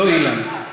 לא אילן.